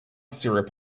syrup